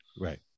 Right